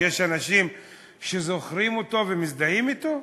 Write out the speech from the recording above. שיש אנשים שזוכרים אותו ומזדהים אתם?